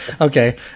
Okay